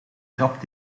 trap